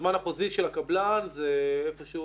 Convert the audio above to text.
הזמן החוזי של הקבלן זה איפשהו